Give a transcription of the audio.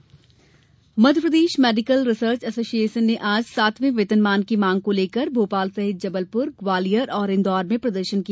medical हड़ताल Madhya Pradesh medical teachers association ने आज सातवें वेतनमान की मांग को लेकर भोपाल सहित जबलपुर ग्वालियर और इन्दौर में प्रदर्शन किया